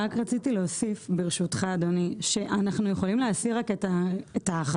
רציתי להוסיף שאנחנו יכולים להסיר את החשש